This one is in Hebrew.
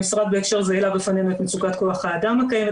המשרד בהקשר זה העלה בפנינו את מצוקת כח האדם הקיימת